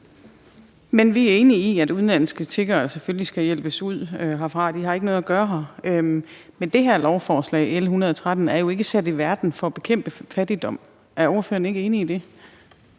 Vi er enige i, at udenlandske tiggere selvfølgelig skal hjælpes ud herfra – de har ikke noget at gøre her – men det her lovforslag, L 113, er jo ikke sat i verden for at bekæmpe fattigdom. Er ordføreren ikke enig i det?